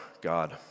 God